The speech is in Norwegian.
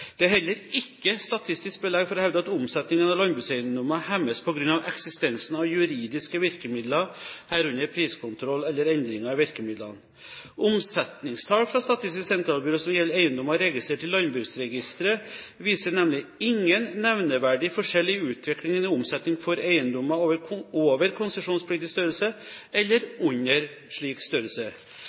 Det er heller ikke statistisk belegg for å hevde at omsetningen av landbrukseiendommer hemmes på grunn av eksistensen av juridiske virkemidler, herunder priskontroll eller endringer i virkemidlene. Omsetningstall fra Statistisk sentralbyrå som gjelder eiendommer registrert i landbruksregisteret, viser nemlig ingen nevneverdig forskjell i utviklingen i omsetning for eiendommer over konsesjonspliktig størrelse, eller under slik størrelse.